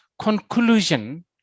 conclusion